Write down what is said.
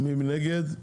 מי נגד?